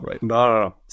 no